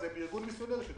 במסיונריות.